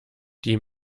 die